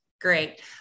Great